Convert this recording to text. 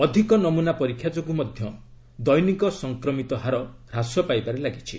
ଅଧିକ ନମୁନା ପରୀକ୍ଷା ଯୋଗୁଁ ମଧ୍ୟ ଦୈନିକ ସଂକ୍ରମିତ ହାର ହ୍ରାସ ପାଇବାରେ ଲାଗିଛି